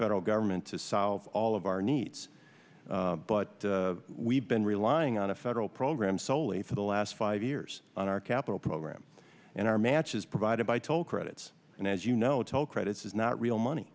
federal government to solve all of our needs but we've been relying on a federal program soley for the last five years on our capital program and our matches provided by toll credits and as you know toll credits is not real money